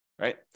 right